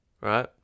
Right